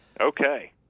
Okay